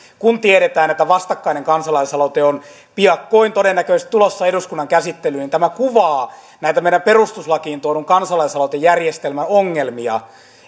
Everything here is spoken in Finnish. kun tiedetään että vastakkainen kansalaisaloite on piakkoin todennäköisesti tulossa eduskunnan käsittelyyn kuvaavat näitä meidän perustuslakiimme tuodun kansalaisaloitejärjestelmän ongelmia